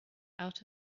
out